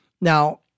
Now